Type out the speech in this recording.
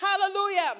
Hallelujah